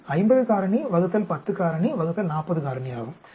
இது 50 காரணி ÷ 10 காரணி ÷ 40 காரணியாகும்